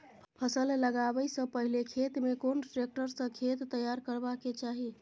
फसल लगाबै स पहिले खेत में कोन ट्रैक्टर स खेत तैयार करबा के चाही?